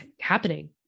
happening